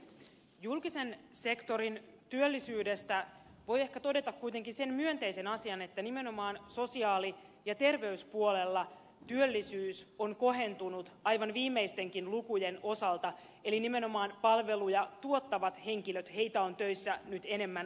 julkisen sektorin työllisyydestä voi ehkä todeta kuitenkin sen myönteisen asian että nimenomaan sosiaali ja terveyspuolella työllisyys on kohentunut aivan viimeistenkin lukujen osalta eli nimenomaan palveluja tuottavia henkilöitä on töissä nyt enemmän kuin aikaisemmin